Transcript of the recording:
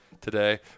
today